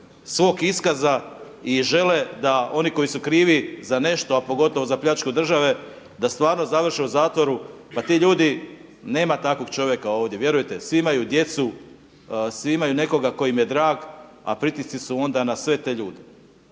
svog iskaza i žele da oni koji su krivi za nešto a pogotovo za pljačku države da stvarno završe u zatvoru, pa ti ljudi, nema takvog čovjeka ovdje vjerujte. Svi imaju djecu, svi imaju nekoga ko im je drag a pritisci su onda na sve te ljude.